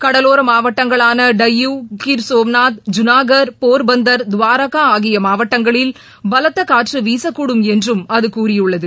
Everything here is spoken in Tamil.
கடரோரமாவட்டங்களானடையூ கிர் சோம்நாத் ஜனாகர் போர்பந்தர் துவாரகாஆகியமாவட்டங்களில் பலத்தகாற்றுவீசக்கூடும் என்றும் அதுகூறியுள்ளது